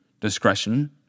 Discretion